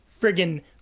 friggin